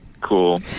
Cool